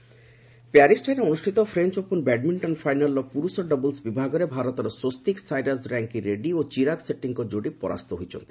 French Open badminton ପ୍ୟାରିସ୍ଠାରେ ଅନୁଷ୍ଠିତ French Open badminton ଫାଇନାଲ୍ର ପୁରୁଷ ଡବଲ୍ସ ବିଭାଗରେ ଭାରତର ସ୍ୱସ୍ତିକ ସାଇରାଜ ରାଙ୍କି ରେଡ୍ରୀ ଓ ଚିରାଗ ସେଟ୍ଟିଙ୍କ ଯୋଡ଼ି ପରାସ୍ତ ହୋଇଛନ୍ତି